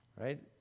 Right